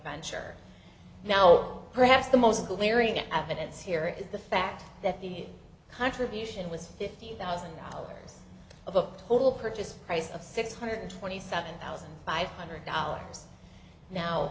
venture now perhaps the most glaring at minutes here is the fact that the contribution was fifty thousand dollars of a total purchase price of six hundred twenty seven thousand five hundred dollars now